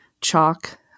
chalk